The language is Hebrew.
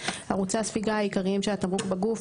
8.4. ערוצי הספיגה העיקריים של התמרוק בגוף,